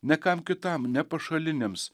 ne kam kitam ne pašaliniams